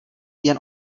jen